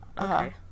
okay